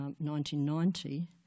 1990